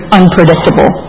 unpredictable